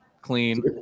clean